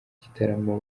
gitaramo